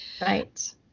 Right